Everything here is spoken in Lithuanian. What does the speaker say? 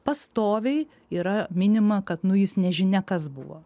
pastoviai yra minima kad nu jis nežinia kas buvo